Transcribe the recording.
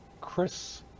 Chris